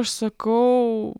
aš sakau